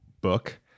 book